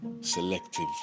selective